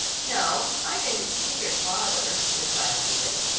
no, i didn't see your father, replied edith,